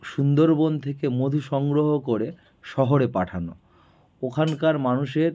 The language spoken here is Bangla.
সুন্দরবন থেকে মধু সংগ্রহ করে শহরে পাঠানো ওখানকার মানুষের